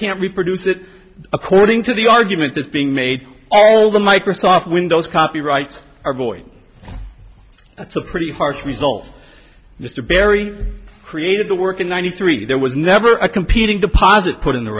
can't reproduce it according to the argument that's being made all the microsoft windows copyrights are boy that's a pretty harsh result mr barry created the work in ninety three there was never a competing deposit put in the